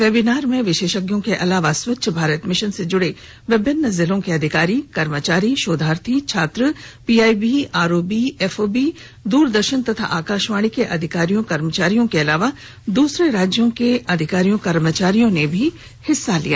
webinar में विशेषज्ञों के अलावा स्वच्छ भारत मिशन से जुड़े विभिन्न जिलों के अधिकारी कर्मचारी शोधार्थी छात्र पीआईबी आरओबी एफओबी दूरदर्शन एवं आकाशवाणी के अधिकारी कर्मचारियों के अलावा दूसरे राज्यों के अधिकारी कर्मचारियों ने भी हिस्सा लिया